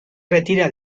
retira